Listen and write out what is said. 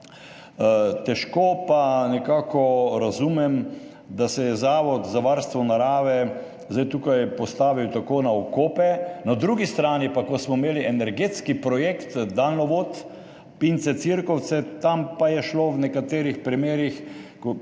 nekako pa težko razumem, da se je Zavod za varstvo narave zdaj tukaj postavil tako na okope, na drugi strani pa, ko smo imeli energetski projekt daljnovod Pince–Cirkovce, tam je pa šlo v nekaterih primerih,